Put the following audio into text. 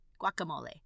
guacamole